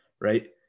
right